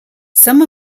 some